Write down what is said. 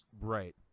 Right